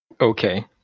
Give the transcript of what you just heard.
Okay